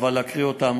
חבל להקריא אותן,